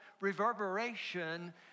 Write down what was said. reverberation